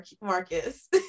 Marcus